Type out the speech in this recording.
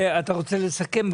אתה רוצה לסכם?